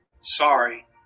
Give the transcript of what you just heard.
sorry